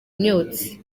myotsi